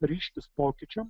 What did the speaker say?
ryžtis pokyčiam